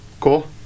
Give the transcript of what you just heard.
Cool